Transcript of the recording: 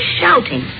shouting